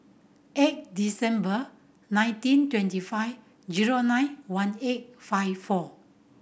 eight December nineteen twenty five zero nine one eight five four